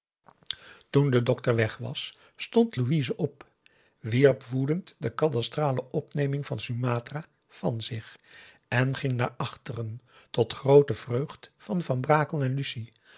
toen de dokter weg was stond louise op wierp woedend de kadastrale opneming van sumatra van zich en ging naar achteren tot groote vreugd van van brakel en lucie